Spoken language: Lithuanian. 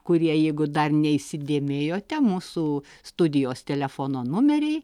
kurie jeigu dar neįsidėmėjote mūsų studijos telefono numeriai